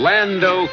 Lando